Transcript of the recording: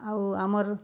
ଆଉ ଆମର୍